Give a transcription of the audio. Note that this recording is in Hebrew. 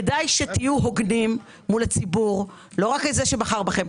כדאי שתהיו הוגנים מול הציבור לא רק זה שבחר בכם,